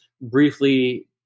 briefly